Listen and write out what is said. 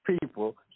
people